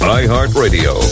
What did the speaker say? iHeartRadio